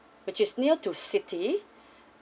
which is near to city